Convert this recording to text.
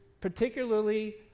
particularly